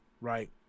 Right